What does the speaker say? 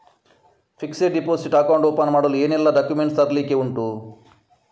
Fixed deposit account open ಮಾಡಲು ಏನೆಲ್ಲಾ documents ತರ್ಲಿಕ್ಕೆ ಉಂಟು?